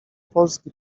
polski